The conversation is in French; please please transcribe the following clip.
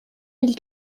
mille